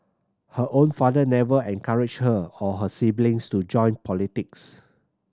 her own father never encouraged her or her siblings to join politics